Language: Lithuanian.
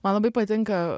man labai patinka